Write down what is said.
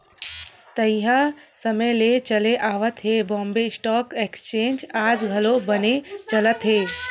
तइहा समे ले चले आवत ये बॉम्बे स्टॉक एक्सचेंज आज घलो बनेच चलत हे